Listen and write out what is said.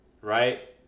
right